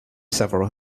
several